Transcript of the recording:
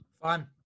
Fun